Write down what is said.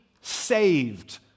saved